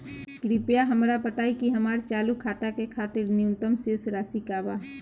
कृपया हमरा बताइ कि हमार चालू खाता के खातिर न्यूनतम शेष राशि का बा